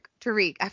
Tariq